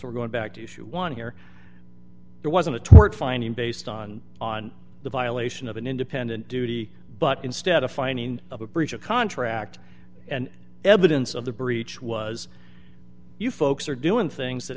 we're going back to schoo one here there wasn't a tort finding based on on the violation of an independent duty but instead a finding of a breach of contract and evidence of the breach was you folks are doing things that